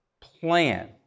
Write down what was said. plan